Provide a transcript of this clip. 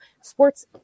sports